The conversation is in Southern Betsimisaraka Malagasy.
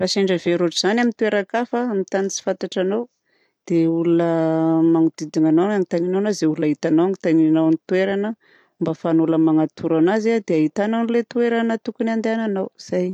Raha sendra very ohatran'izany amin'ny toeran-kafa amin'ny tany tsy fantatranao dia olona manodidina anao no anontanianao na izay olona hitanao no anontanianao an'ilay toerana mba ahafan'ny olona magnatoro anazy. Ahitanao an'ilay toerana tokony andehananao.